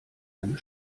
eine